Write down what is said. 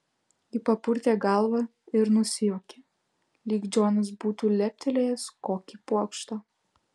ji papurtė galvą ir nusijuokė lyg džonas būtų leptelėjęs kokį pokštą